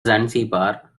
zanzibar